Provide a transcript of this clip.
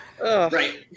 Right